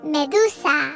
Medusa